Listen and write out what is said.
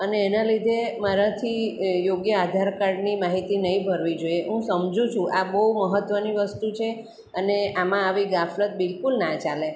અને એના લીધે મારાથી યોગ્ય આધાર કાર્ડની માહિતી નહીં ભરવી જોઈએ હું સમજું છું આ બહુ મહત્ત્વની વસ્તુ છે અને આમાં આવી ગફલત બિલ્કુલ ના ચાલે